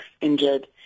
injured